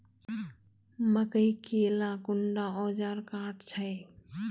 मकई के ला कुंडा ओजार काट छै?